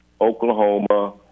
Oklahoma